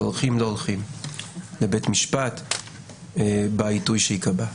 שהולכים, לא הולכים לבית משפט בעיתוי שיקבע.